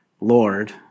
lord